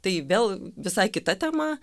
tai vėl visai kita tema